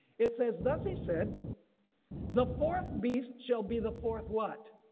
it says, thus he said the fourth beast shall be the fourth what.